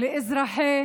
לאזרחים